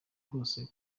hose